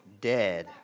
dead